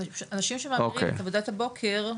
אנשים שמעבירים את עבודת הבוקר --- אוקי,